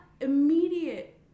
immediate